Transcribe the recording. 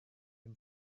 him